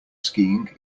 skiing